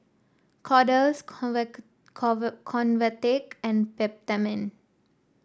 Kordel's Convatec and Peptamen